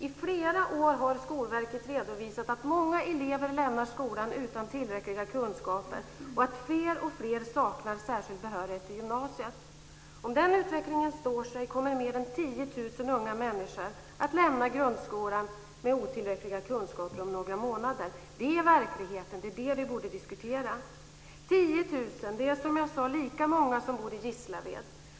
I flera år har Skolverket redovisat att många elever lämnar skolan utan tillräckliga kunskaper och att fler och fler saknar särskild behörighet till gymnasiet. Om den utvecklingen står sig kommer mer än 10 000 unga människor om några månader att lämna grundskolan med otillräckliga kunskaper. Det är verkligheten, och det är den som vi borde diskutera. 10 000 personer är lika många som bor i Gislaved.